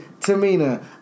Tamina